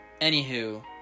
Anywho